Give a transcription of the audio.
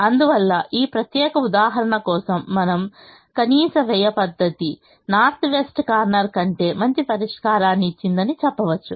అందువల్ల ఈ ప్రత్యేక ఉదాహరణ కోసం మనం కనీస వ్యయం పద్ధతి నార్త్ వెస్ట్ కార్నర్ కంటే మంచి పరిష్కారాన్ని ఇచ్చిందని చెప్పవచ్చు